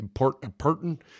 important